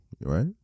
right